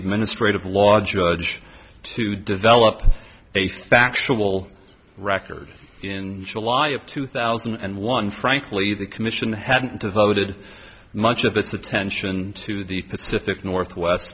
administrative law judge to develop a factual record in july of two thousand and one frankly the commission had devoted much of its attention to the pacific northwest